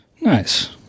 Nice